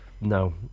No